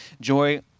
joy